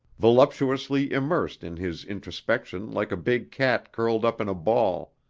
voluptuously immersed in his introspection like a big cat curled up in a ball,